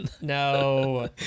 no